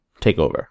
TakeOver